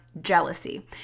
jealousy